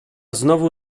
znowu